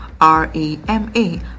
r-a-m-a